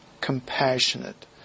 compassionate